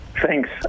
Thanks